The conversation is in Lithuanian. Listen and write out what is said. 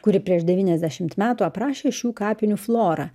kuri prieš devyniasdešimt metų aprašė šių kapinių florą